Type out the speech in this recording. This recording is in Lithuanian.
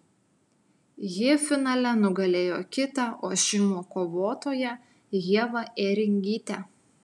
ji finale nugalėjo kitą ošimo kovotoją ievą ėringytę